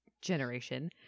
generation